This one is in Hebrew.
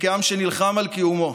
וכעם שנלחם על קיומו,